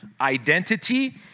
identity